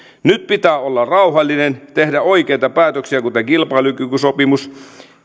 nyt pitää olla rauhallinen tehdä oikeita päätöksiä kuten kilpailukykysopimus